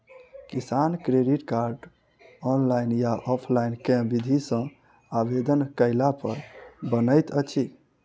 किसान credit card, online या offline केँ विधि सँ आवेदन कैला पर बनैत अछि?